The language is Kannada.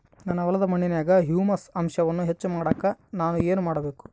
ನನ್ನ ಹೊಲದ ಮಣ್ಣಿನಾಗ ಹ್ಯೂಮಸ್ ಅಂಶವನ್ನ ಹೆಚ್ಚು ಮಾಡಾಕ ನಾನು ಏನು ಮಾಡಬೇಕು?